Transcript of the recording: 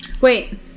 wait